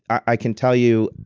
i can tell you,